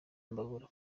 mbabura